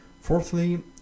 Fourthly